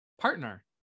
partner